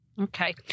Okay